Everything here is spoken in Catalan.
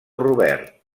robert